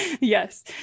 Yes